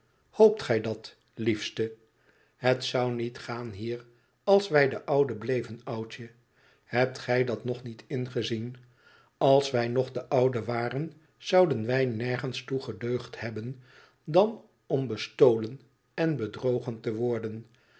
hoopt gij dat liefste het ou niet gaan hier als wij de ouden bleven oudje hebt gij dat nog niet mgezien r als wij nog de ouden waren zouden wij nergens toe gedeugd hebben dan om bestolen en bedrogen te worden